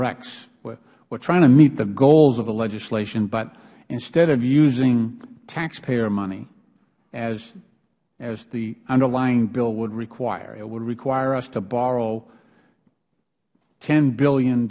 directs we are trying to meet the goals of the legislation but instead of using taxpayer money as the underlying bill would require it would require us to borrow ten